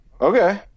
Okay